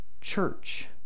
church